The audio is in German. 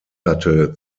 hatte